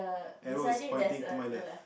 arrow is pointing to my left